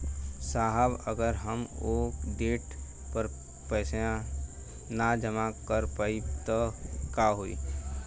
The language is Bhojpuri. साहब अगर हम ओ देट पर पैसाना जमा कर पाइब त का होइ?